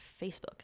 Facebook